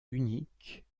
uniques